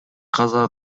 каза